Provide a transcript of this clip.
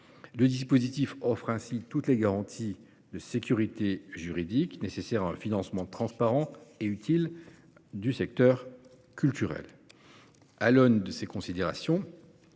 Ce dispositif offre ainsi toutes les garanties de sécurité juridique nécessaires à un financement transparent et utile du secteur culturel. Au vu de ces considérations,